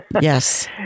Yes